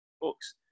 books